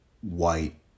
white